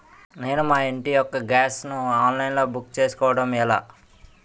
నేను మా ఇంటి యెక్క గ్యాస్ ను ఆన్లైన్ లో బుక్ చేసుకోవడం ఎలా?